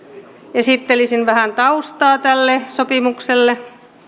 esittelisin vähän taustaa tälle sopimukselle